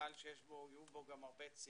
גל עלייה איכותי, גל שיהיו בו גם הרבה צעירים,